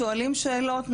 שואלים שאלות,